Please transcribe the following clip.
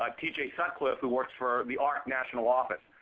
um t j. sutcliffe, who works for the arc national office.